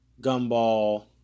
Gumball